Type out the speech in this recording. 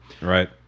Right